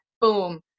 boom